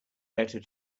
letter